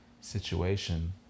situation